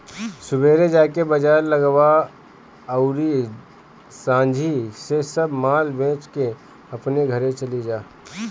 सुबेरे जाके बाजार लगावअ अउरी सांझी से सब माल बेच के अपनी घरे चली जा